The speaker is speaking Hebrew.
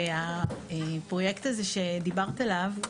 והפרויקט הזה שדיברת עליו,